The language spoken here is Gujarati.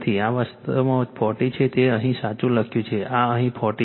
આ વાસ્તવમાં 40 છે તે અહીં સાચું લખ્યું છે આ અહીં 40 છે